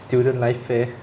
student life fair